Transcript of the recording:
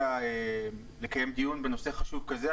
הסכמת לקיים דיון בנושא חשוב כזה.